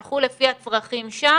הלכו לפי הצרכים שם?